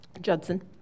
Judson